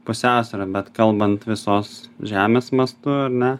pusiausvyrą bet kalbant visos žemės mastu ar ne